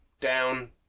down